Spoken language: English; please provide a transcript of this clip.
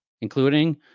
including